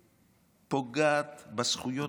עליה, פוגעת בזכויות.